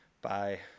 bye